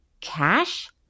cash